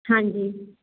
ਹਾਂਜੀ